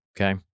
Okay